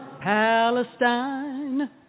Palestine